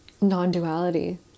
non-duality